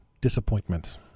disappointment